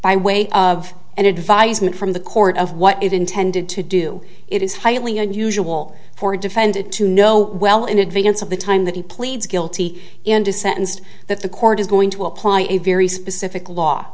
by way of an advisement from the court of what it intended to do it is highly unusual for defended to know well in advance of the time that he pleads guilty to sentenced that the court is going to apply a very specific law